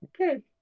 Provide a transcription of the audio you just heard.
Okay